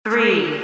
Three